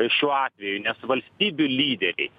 šiuo atveju nes valstybių lyderiai